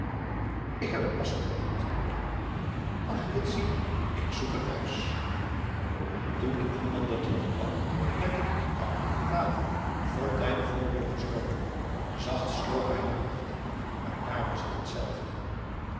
ik heb het pas gekocht mag ik het zien ik zoek een huis toen de inlander terugkwam met den toekang batoe vond hij de voordeur gesloten zacht sloop hij naar achter maar daar was t zelfde